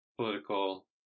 political